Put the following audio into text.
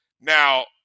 Now